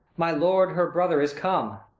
my lord her brother is come.